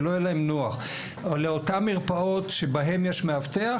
שלא יהיה להם נוח לאותן מרפאות שבהן יש מאבטח,